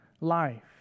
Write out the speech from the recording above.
life